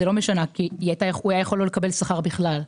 לא משנה כי הוא היה יכול לא לקבל שכר בכלל.